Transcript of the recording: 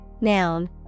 Noun